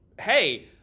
hey